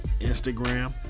Instagram